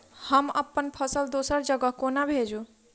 हम अप्पन फसल दोसर जगह कोना भेजू?